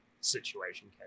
situation